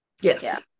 Yes